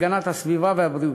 הגנת הסביבה והבריאות: